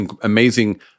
amazing